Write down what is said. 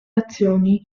azioni